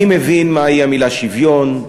אני מבין מהי המילה שוויון,